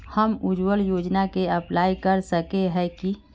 हम उज्वल योजना के अप्लाई कर सके है की?